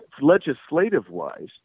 legislative-wise